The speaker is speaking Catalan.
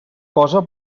cosa